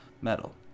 Metal